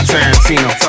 Tarantino